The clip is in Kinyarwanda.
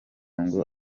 ngo